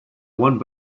one